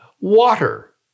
water